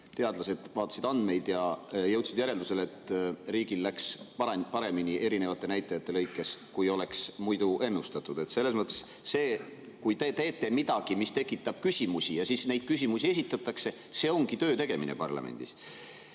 Teadlased vaatasid pärast andmeid ja jõudsid järeldusele, et riigil läks paremini erinevate näitajate poolest, kui muidu oleks ennustatud. Selles mõttes see, kui te teete midagi, mis tekitab küsimusi, ja siis neid küsimusi esitatakse, ongi töötegemine parlamendis.